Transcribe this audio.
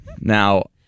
Now